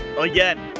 Again